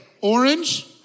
orange